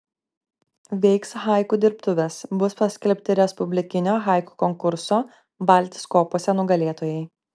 veiks haiku dirbtuvės bus paskelbti respublikinio haiku konkurso valtys kopose nugalėtojai